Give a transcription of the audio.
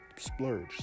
splurge